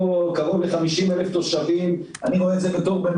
ראש מועצת שער הנגב, בבקשה.